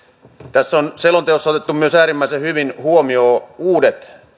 tässä selonteossa on otettu äärimmäisen hyvin huomioon myös uudet